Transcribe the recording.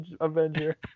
Avenger